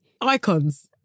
Icons